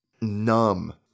numb